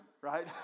right